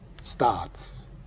starts